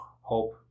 Hope